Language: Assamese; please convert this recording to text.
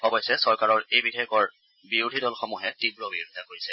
অৱশ্যে চৰকাৰৰ এই বিধেয়কৰ বিৰোধীদল সমূহে তীৱ বিৰোধিতা কৰিছে